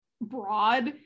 broad